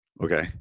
okay